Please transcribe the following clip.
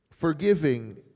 forgiving